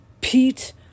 Pete